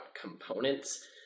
components